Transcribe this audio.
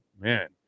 man